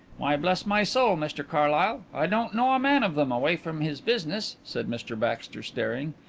why, bless my soul, mr carlyle, i don't know a man of them away from his business, said mr baxter, staring.